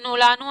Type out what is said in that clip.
ותכינו לנו.